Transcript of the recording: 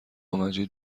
مجید